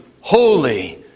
holy